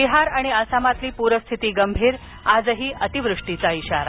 बिहार आणि आसामातली पूरस्थिती गंभीरआजही अतिवृष्टीचा इशारा